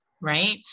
Right